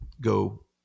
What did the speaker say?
go